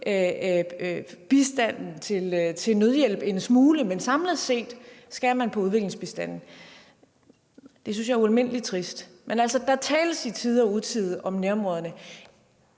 bistanden til nødhjælp en smule, men samlet set skærer man på udviklingsbistanden. Det synes jeg er ualmindelig trist. Men, altså, der tales i tide og utide om nærområderne.